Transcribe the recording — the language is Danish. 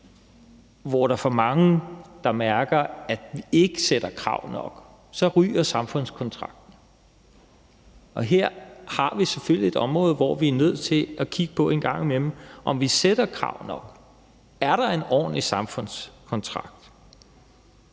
hvor der er for mange, der mærker, at vi ikke stiller krav nok, så ryger samfundskontrakten. Her har vi selvfølgelig et område, hvor vi er nødt til en gang imellem at kigge på, om vi stiller krav nok. Er der en ordentlig samfundskontrakt?